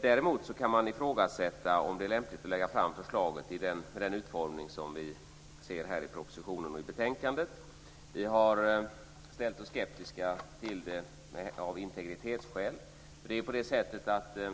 Däremot kan man ifrågasätta om det är lämpligt att lägga fram förslaget med den utformning som det har i propositionen och i betänkandet. Vi har ställt oss skeptiska till detta av integritetsskäl.